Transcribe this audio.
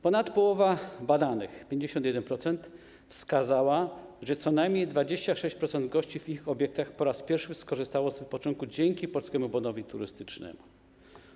Ponad połowa badanych, 51%, wskazała, że co najmniej 26% gości w ich obiektach po raz pierwszy skorzystało z wypoczynku dzięki Polskiemu Bonowi Turystycznemu.